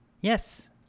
Yes